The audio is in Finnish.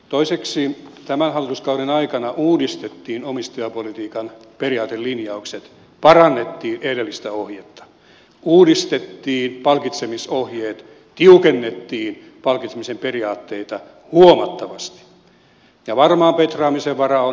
toiseksi tämän hallituskauden aikana uudistettiin omistajapolitiikan periaatelinjaukset parannettiin edellistä ohjetta uudistettiin palkitsemisohjeet tiukennettiin palkitsemisen periaatteita huomattavasti ja varmaan petraamisen varaa on edelleenkin